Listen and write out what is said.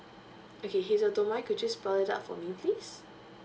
okay hazel don't mind could you spell it out for me please